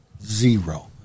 zero